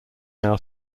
now